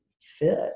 fit